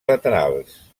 laterals